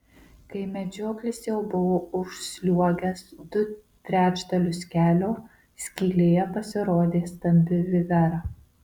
kai medžioklis jau buvo užsliuogęs du trečdalius kelio skylėje pasirodė stambi vivera